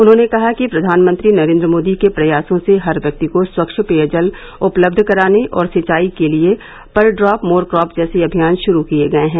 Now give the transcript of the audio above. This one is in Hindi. उन्होंने कहा कि प्रधानमंत्री नरेन्द्र मोदी के प्रयासों से हर व्यक्ति को स्वच्छ पेयजल उपलब्ध कराने और सिंचाई के लिये पर ड्रॉप मोर क्रॉप जैसे अभियान शुरू किये गये है